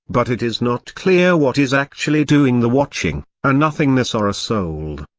but it is not clear what is actually doing the watching, a nothingness or a soul.